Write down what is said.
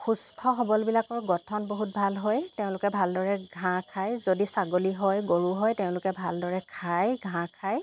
সুস্থ সবলবিলাকৰ গঠন বহুত ভাল হয় তেওঁলোকে ভালদৰে ঘাঁহ খায় যদি ছাগলী হয় গৰু হয় তেওঁলোকে ভালদৰে খায় ঘাঁহ খায়